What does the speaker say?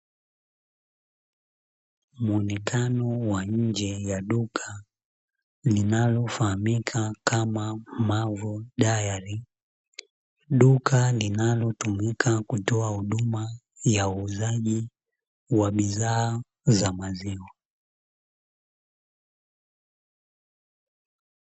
Muonekano wa nje ya duka, linalofahamika kama (mavo dayari). Duka linalotumika kutoa huduma ya uuzaji wa bidhaa za maziwa.